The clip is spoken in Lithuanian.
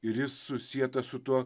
ir jis susietas su tuo